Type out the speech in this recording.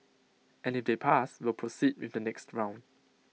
and if they pass we'll proceed with the next round